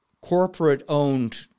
corporate-owned